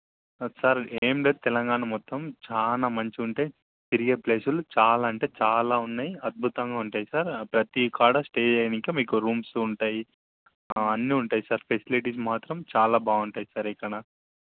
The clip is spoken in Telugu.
సార్ ఏమి లేదు తెలంగాణ మొత్తం చాలా మంచిగా ఉంటాయి తిరిగే ప్లేసులు చాలా అంటే చాలా ఉన్నాయి అద్భుతంగా ఉంటాయి సార్ ప్రతి కాడ స్టే చేయడానికి మీకు రూమ్స్ ఉంటాయి అన్నీ ఉంటాయి సార్ ఫెసిలిటీస్ మాత్రం చాలా బాగుంటాయి సార్ ఇక్కడ